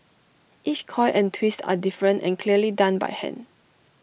each coil and twist are different and clearly done by hand